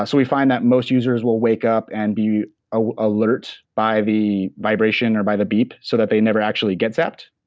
ah so we find that most users will wake up and be ah alert by the vibration or by the beep, so that they never actually get zapped.